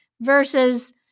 versus